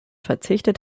verzichtet